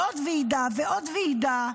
ועוד ועידה ועוד ועידה.